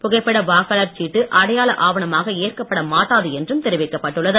புகைப்பட வாக்காளர் சீட்டு அடையாள ஆவணமாக ஏற்கப்பட மாட்டாது என்றும் தெரிவிக்கப்பட்டுள்ளது